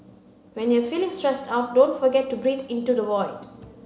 when you are feeling stressed out don't forget to breathe into the void